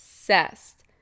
obsessed